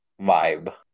vibe